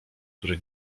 który